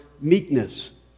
meekness